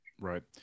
Right